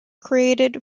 created